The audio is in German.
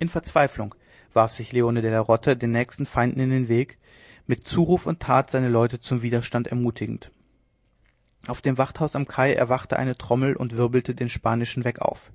in verzweiflung warf sich leone della rota den nächsten feinden in den weg mit zuruf und tat seine leute zum widerstand ermutigend auf dem wachthaus am kai erwachte eine trommel und wirbelte den spanischen weckruf